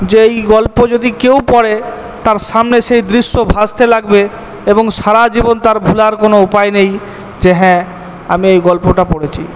যে এই গল্প যদি কেউ পড়ে তার সামনে সেই দৃশ্য ভাসতে লাগবে এবং সারা জীবন তার ভুলার কোনো উপায় নেই যে হ্যাঁ আমি এই গল্পটা পড়েছি